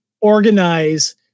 organize